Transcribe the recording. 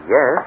Yes